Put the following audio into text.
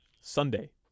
Sunday